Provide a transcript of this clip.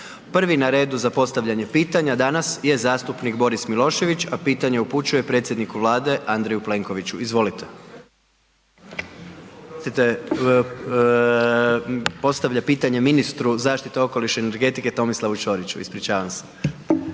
Prvi na redu za postavljanje pitanja danas je zastupnik Boris Milošević, a pitanje upućuje predsjedniku Vlade Andreju Plenkoviću. Izvolite. Oprostite, postavlja pitanje ministru zaštite okoliše i energetike Tomislavu Ćoriću, ispričavam se.